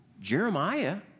Jeremiah